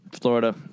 Florida